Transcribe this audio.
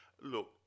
Look